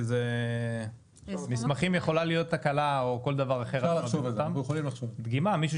שזו יכולה להיות תקלה ודגימה מישהו